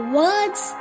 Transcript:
words